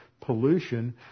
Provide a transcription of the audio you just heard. pollution